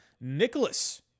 Nicholas